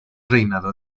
reinado